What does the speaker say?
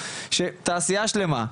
שתעשייה שלמה,